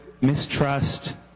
mistrust